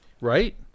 Right